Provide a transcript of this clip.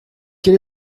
quel